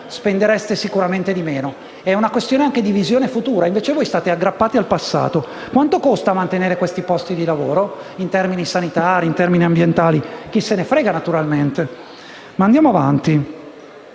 spendereste sicuramente di meno. È una questione di visione futura e invece voi state aggrappati al passato. Quanto costa mantenere questi posti di lavoro, in termini sanitari e ambientali? Chi se ne frega, naturalmente. Ma andiamo avanti.